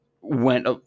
went